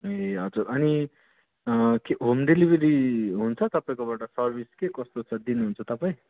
ए हजुर अनि home delivery हुन्छ तपाईँकोबाट सर्बिस के कसो छ दिनुहुन्छ तपाईँ